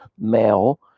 male